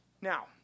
now